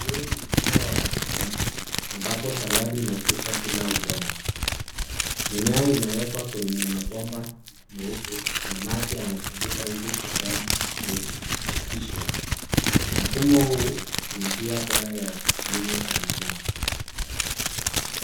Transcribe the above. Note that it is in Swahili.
Huu ni mfumo wa haidroponiki ambapo saladi imekuzwa bila udongo. Mimea imewekwa kwenye mabomba meupe na maji yanazunguka ili kutoa virutubisho. Mfumo huu ni njia bora ya kilimo cha mimea.